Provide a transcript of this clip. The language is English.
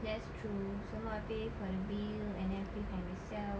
that's true some more I pay for the bill and then pay for myself